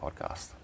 podcast